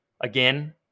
again